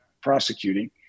prosecuting